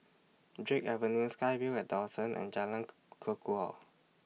Drake Avenue SkyVille At Dawson and Jalan Kukor